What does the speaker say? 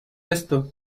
esto